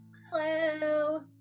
Hello